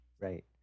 Right